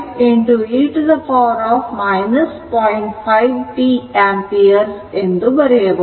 5 t ampere ಎಂದು ಬರೆಯಬಹುದು